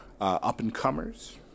up-and-comers